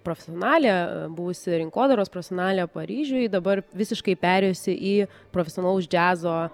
profesionalė buvusi rinkodaros profesionalė paryžiuj dabar visiškai perėjusi į profesionalaus džiazo